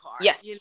Yes